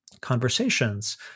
conversations